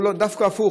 דווקא הפוך,